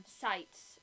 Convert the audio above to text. sites